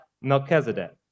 Melchizedek